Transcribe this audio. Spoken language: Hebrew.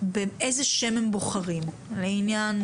באיזה שם הם בוחרים לעניין,